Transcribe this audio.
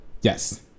Yes